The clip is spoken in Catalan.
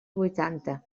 vuitanta